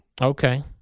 Okay